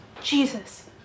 jesus